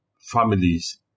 families